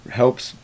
helps